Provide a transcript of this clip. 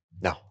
No